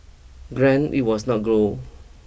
granted it was not grow